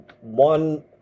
one